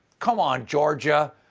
come on, georgia.